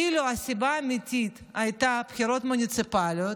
אילו הסיבה האמיתית הייתה בחירות מוניציפליות,